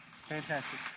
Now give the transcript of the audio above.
Fantastic